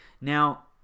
now